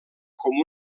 com